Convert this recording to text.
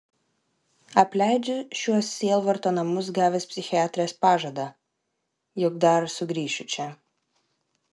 apleidžiu šiuos sielvarto namus gavęs psichiatrės pažadą jog dar sugrįšiu čia